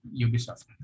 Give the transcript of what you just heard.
Ubisoft